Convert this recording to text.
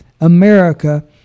America